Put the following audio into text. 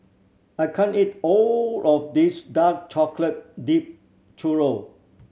I can't eat all of this dark chocolate dipped churro